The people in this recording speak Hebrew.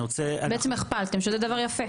בעצם הכפלתם שזה דבר יפה.